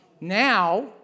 Now